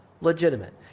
legitimate